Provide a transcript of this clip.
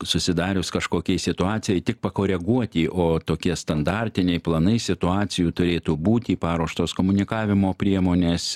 susidarius kažkokiai situacijai tik pakoreguoti o tokie standartiniai planai situacijų turėtų būti paruoštos komunikavimo priemonės